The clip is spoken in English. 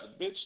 Bitch